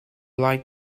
like